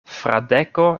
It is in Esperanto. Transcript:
fradeko